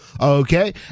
Okay